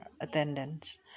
attendance